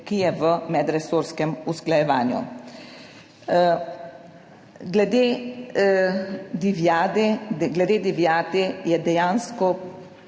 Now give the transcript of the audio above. ki je v medresorskem usklajevanju. Glede divjadi je dejansko